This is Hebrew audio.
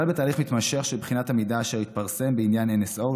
ישראל בתהליך מתמשך של בחינת המידע אשר התפרסם בעניין NSO,